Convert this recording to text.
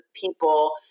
people